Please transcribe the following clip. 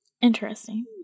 interesting